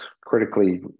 critically